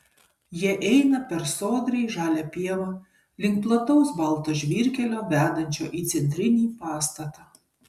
jie eina per sodriai žalią pievą link plataus balto žvyrkelio vedančio į centrinį pastatą